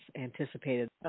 anticipated